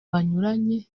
banyuranye